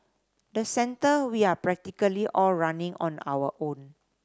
the centre we are practically all running on our own